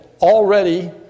already